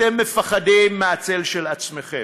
אתם פוחדים מהצל של עצמכם.